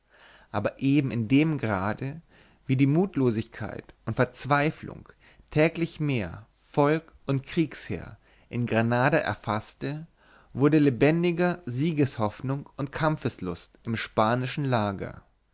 aber eben in dem grade wie die mutlosigkeit und verzweiflung täglich mehr volk und kriegsheer in granada erfaßte wurde lebendiger siegeshoffnung und kampfeslust im spanischen lager